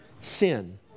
sin